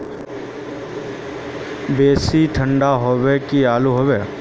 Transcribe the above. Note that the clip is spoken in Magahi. बेसी ठंडा होबे की आलू होबे